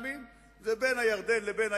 לכן אני שואל את עצמי,